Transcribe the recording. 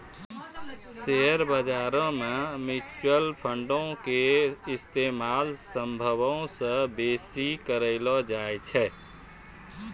share बजारो मे mutual फंडो के इस्तेमाल सभ्भे से बेसी करलो जाय छै